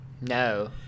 No